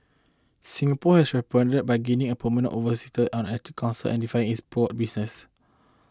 Singapore has responded by gaining a permanent observer on Arctic Council and diversifying its port business